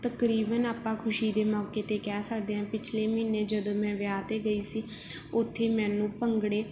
ਤਕਰੀਬਨ ਆਪਾਂ ਖੁਸ਼ੀ ਦੇ ਮੌਕੇ 'ਤੇ ਕਹਿ ਸਕਦੇ ਹਾਂ ਪਿਛਲੇ ਮਹੀਨੇ ਜਦੋਂ ਮੈਂ ਵਿਆਹ 'ਤੇ ਗਈ ਸੀ ਉੱਥੇ ਮੈਨੂੰ ਭੰਗੜੇ